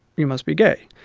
you must be gay.